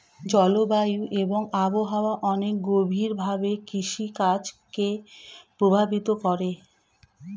জলবায়ু এবং আবহাওয়া অনেক গভীরভাবে কৃষিকাজ কে প্রভাবিত করে